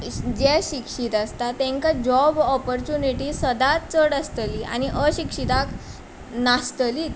जे शिक्षीत आसता तांकां जोब ओपोरचुनीटी सदांच चड आसतली आनी अशिक्षीतांक नासतलीत